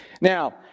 Now